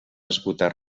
esgotar